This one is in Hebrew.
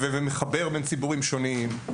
הוא מחבר בין ציבורים שונים.